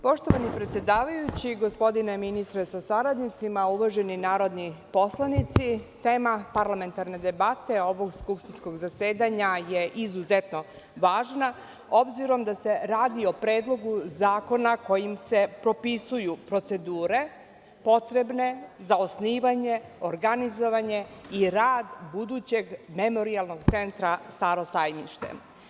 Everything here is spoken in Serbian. Poštovani predsedavajući, gospodine ministre sa saradnicima, uvaženi narodni poslanici, tema parlamentarne debate ovog skupštinskog zasedanja je izuzetno važna, obzirom da se radi o predlogu zakona kojim se propisuju procedure potrebne za osnivanje, organizovanje i rad budućeg Memorijalnog centra „Staro sajmište“